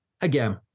again